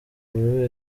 buri